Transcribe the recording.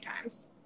times